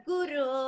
Guru